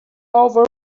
over